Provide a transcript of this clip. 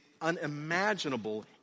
unimaginable